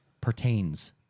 pertains